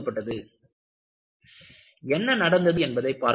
ReferSlide Time 2513 என்ன நடந்தது என்பதைப் பார்க்கலாம்